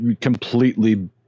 completely